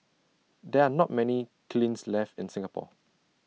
there are not many kilns left in Singapore